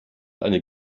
eine